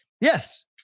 Yes